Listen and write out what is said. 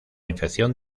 infección